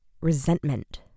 resentment